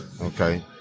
okay